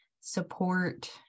support